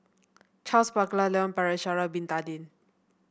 Charles Paglar Leon Perera Sha'ari Bin Tadin